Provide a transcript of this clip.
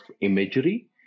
imagery